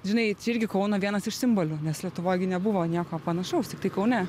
žinai irgi kauno vienas iš simbolių nes lietuvoj gi nebuvo nieko panašaus tiktai kaune